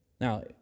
Now